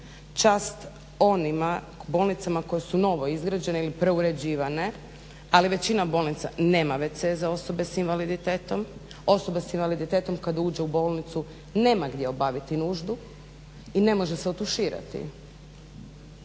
Čast onima bolnicama koje su novo izgrađene ili preuređivane ali većina bolnica nema wc za osobe s invaliditetom. Osoba s invaliditetom kada uđe u bolnicu nema gdje obaviti nuždu i ne može se otuširati.